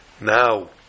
now